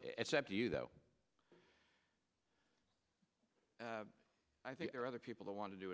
it's up to you though i think there are other people who want to do